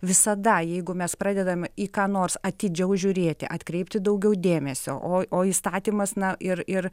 visada jeigu mes pradedam į ką nors atidžiau žiūrėti atkreipti daugiau dėmesio o o įstatymas na ir ir